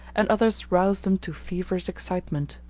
and others rouse them to feverish excitement.